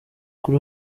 kuri